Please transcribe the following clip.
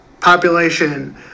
population